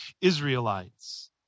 Israelites